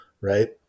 right